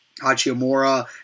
Hachimura